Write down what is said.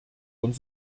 und